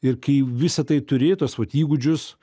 ir kai visa tai turi tuos vat įgūdžius